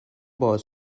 باز